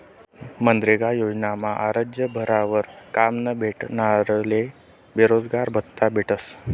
मनरेगा योजनामा आरजं भरावर काम न भेटनारस्ले बेरोजगारभत्त्ता भेटस